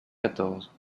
quatorze